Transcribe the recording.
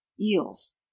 Eels